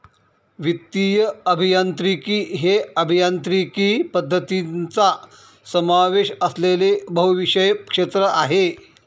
वित्तीय अभियांत्रिकी हे अभियांत्रिकी पद्धतींचा समावेश असलेले बहुविषय क्षेत्र आहे